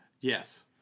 Yes